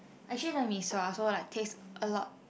actually the mee-sua also like taste a lot